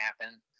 happen